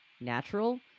natural